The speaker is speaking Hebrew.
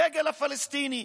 הדגל הפלסטיני,